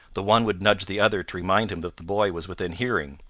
the one would nudge the other to remind him that the boy was within hearing,